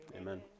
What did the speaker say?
amen